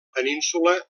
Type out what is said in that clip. península